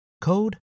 code